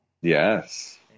Yes